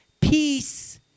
peace